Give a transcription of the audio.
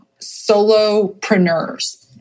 solopreneurs